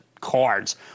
cards